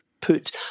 put